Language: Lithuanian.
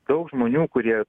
daug žmonių kurie